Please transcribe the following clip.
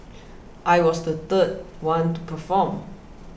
I was the third one to perform